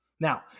Now